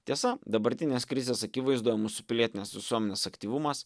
tiesa dabartinės krizės akivaizdoje mūsų pilietinės visuomenės aktyvumas